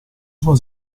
sua